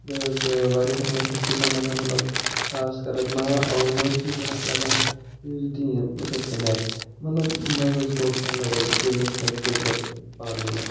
بیٚیہِ حظ واریاہَن واریاہَن چیٖزَن لگان مطلب خاص کر حظ ما معٲفی دِنَس لگان یہِ دیٖن وٕچھ حظ کٔمۍ آیہِ مطلب مَنٛزٕ حظ گوٚو کیٚنہہ لڑٲے گٔے حظ کیٚنہہ جگڑٕ پانہٕ وٲنیٚن